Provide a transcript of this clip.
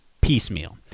piecemeal